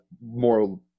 more